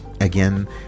Again